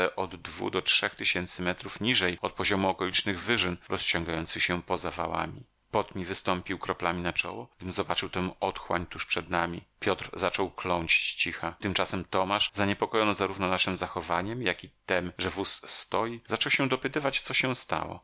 od dwu do trzech tysięcy metrów niżej od poziomu okolicznych wyżyn rozciągających się poza wałami pot mi wystąpił kroplami na czoło gdym zobaczył tę otchłań tuż przed nami piotr zaczął kląć z cicha tymczasem tomasz zaniepokojony zarówno naszem zachowaniem jak i tem że wóz stoi zaczął się dopytywać co się stało